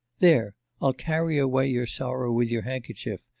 there, i'll carry away your sorrow with your handkerchief.